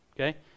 Okay